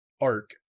ARC